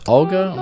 Olga